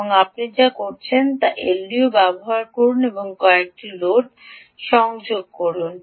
এবং আপনি যা করছেন তা হল আপনি একটি এলডিও ব্যবহার করুন এবং কয়েকটি লোড সংযোগ করুন